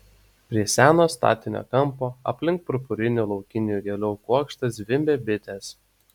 prie seno statinio kampo aplink purpurinių laukinių gėlių kuokštą zvimbė bitės